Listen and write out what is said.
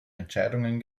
entscheidungen